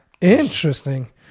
interesting